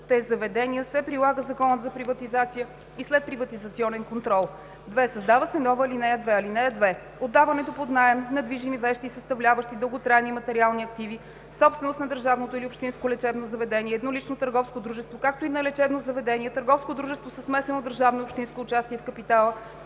лечебните заведения се прилага Законът за приватизация и следприватизационен контрол.“ 2. Създава се нова ал. 2: „(2) Отдаването под наем на движими вещи, съставляващи дълготрайни материални активи, собственост на държавно или общинско лечебно заведение – еднолично търговско дружество, както и на лечебно заведение – търговско дружество със смесено държавно и общинско участие в капитала,